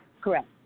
Correct